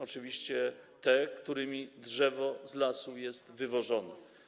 Oczywiście tych, którymi drzewo z lasu jest wywożone.